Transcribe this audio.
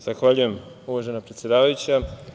Zahvaljujem, uvažena predsedavajuća.